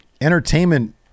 entertainment